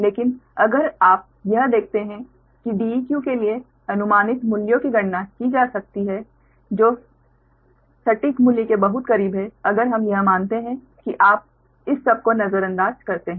लेकिन अगर आप यह देखते हैं कि Deq के लिए अनुमानित मूल्यों की गणना की जा सकती है जो सटीक मूल्य के बहुत करीब है अगर हम यह मानते हैं कि आप इस सब को नजरअंदाज करते हैं